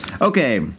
Okay